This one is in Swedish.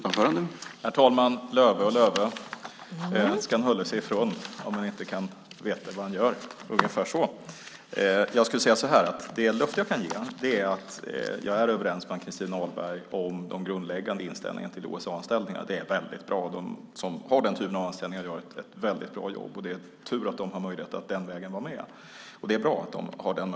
Herr talman! Lova och lova. Det ska en hålla sig ifrån om en inte vet vad en gör. Så skulle man kunna säga. Jag vill säga så här: Det löfte jag kan ge är att jag är överens med Ann-Christin Ahlberg om den grundläggande inställningen till OSA-anställningar. Det är något väldigt bra. De som har den typen av anställningar gör ett väldigt bra jobb, och det är tur att de har möjlighet att den vägen vara med.